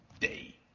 day